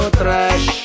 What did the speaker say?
trash